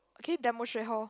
can you demonstrate how